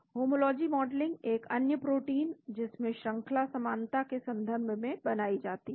homology modelling एक अन्य protein जिसमें श्रंखला समानता है के संबंध में बनाई जाति है